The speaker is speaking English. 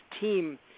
team